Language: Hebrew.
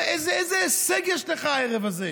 איזה הישג יש לך הערב הזה?